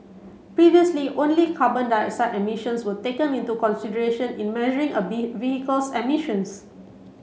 previously only carbon dioxide emissions were taken into consideration in measuring a vehicle's emissions